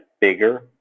bigger